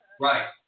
Right